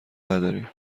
نداریم